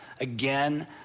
again